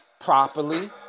properly